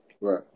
Right